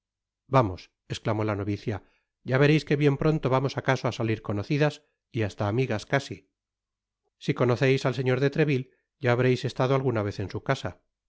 vamos esclamó la novicia ya vereis que bien pronto vamos acaso á salir conocidas y hasta amigas casí si conoceis al señor de treville ya habreis estado alguna vez en su casa